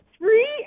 Three